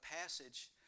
passage